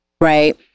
right